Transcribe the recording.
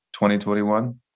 2021